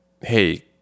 hey